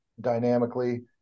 dynamically